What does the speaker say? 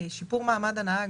אנחנו מדברים על שיפור מעמד הנהג,